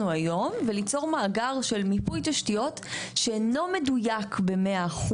היום וליצור מאגר של מיפוי תשתיות שאינו מדויק ב-100%,